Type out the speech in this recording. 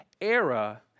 era